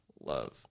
love